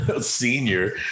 senior